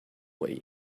way